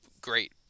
great